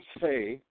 say